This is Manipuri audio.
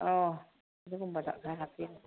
ꯑꯧ ꯑꯗꯨꯒꯨꯝꯕꯗ ꯈꯔ ꯍꯥꯞꯄꯤꯎ